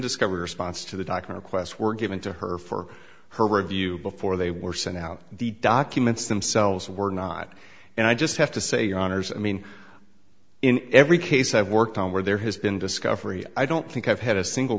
discovery response to the doctor requests were given to her for her review before they were sent out the documents themselves were not and i just have to say your honour's i mean in every case i've worked on where there has been discovery i don't think i've had a single